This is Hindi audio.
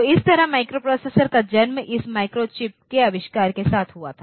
तो इस तरह माइक्रोप्रोसेसर का जन्म इस माइक्रोचिप के आविष्कार के साथ हुआ था